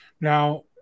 Now